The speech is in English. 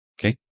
okay